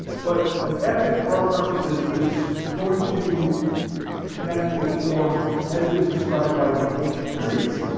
but an epic, for our purposes, is going to connect to a form as it was described by the ancient greeks